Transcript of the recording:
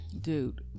dude